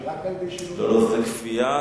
לא, זה כפייה,